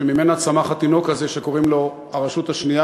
שממנה צמח התינוק הזה שקוראים לו הרשות השנייה